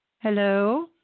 Hello